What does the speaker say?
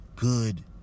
Good